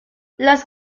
las